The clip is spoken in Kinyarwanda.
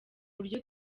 buryo